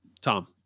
tom